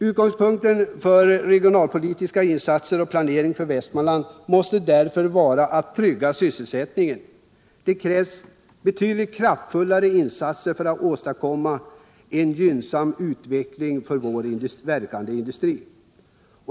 Utgångspunkten för de regionalpolitiska insatserna och planeringen för Västmanland måste därför vara att trygga sysselsättningen. Det krävs kraftfulla insatser för att åstadkomma en gynnsam utveckling för vår industri.